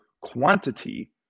quantity